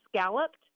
scalloped